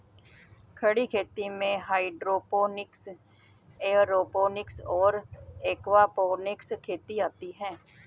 खड़ी खेती में हाइड्रोपोनिक्स, एयरोपोनिक्स और एक्वापोनिक्स खेती आती हैं